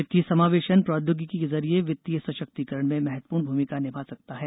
वित्तीय समावेशन प्रोद्योगिकी के जरिए वित्तीय सशक्तीकरण में महत्वपूर्ण भूमिका निभा सकता है